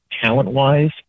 talent-wise